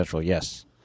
Yes